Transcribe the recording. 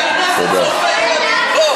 לבני, בבקשה.